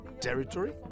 territory